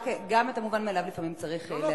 גם את המובן מאליו לפעמים צריך להגיד.